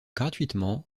gratuitement